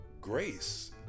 grace